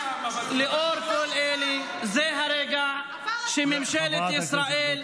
זה הרגע שממשלת ישראל,